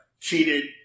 cheated